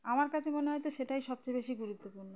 আমার কাছে মনে হয় তো সেটাই সবচেয়ে বেশি গুরুত্বপূর্ণ